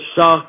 suck